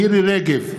מירי רגב,